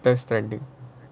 death stranding